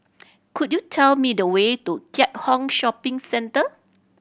could you tell me the way to Keat Hong Shopping Centre